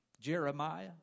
Jeremiah